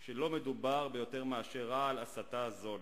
ולא מדובר ביותר מאשר רעל הסתה זול.